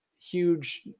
huge